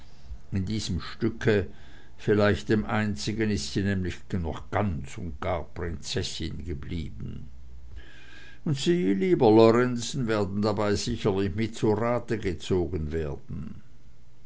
in diesem stücke vielleicht dem einzigen ist sie nämlich noch ganz und gar prinzessin geblieben und sie lieber lorenzen werden dabei sicherlich mit zu rate gezogen werden